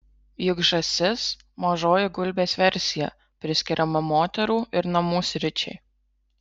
juk žąsis mažoji gulbės versija priskiriama moterų ir namų sričiai